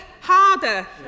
harder